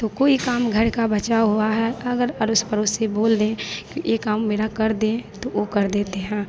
तो कोई काम घर का बचा हुआ है अगर अड़ोसी पड़ोसी बोल दे कि यह काम मेरा कर दें तो वह कर देते हैं